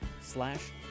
slash